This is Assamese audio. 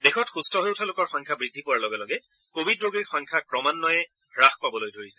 দেশত সুস্থ হৈ উঠা লোকৰ সংখ্যা বৃদ্ধি পোৱাৰ লগে লগে কোৱিড ৰোগীৰ সংখ্যা ক্ৰমাঘ্বয়ে হ্ৰাস পাবলৈ ধৰিছে